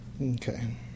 Okay